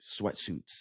sweatsuits